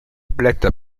blätter